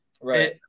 right